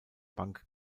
bank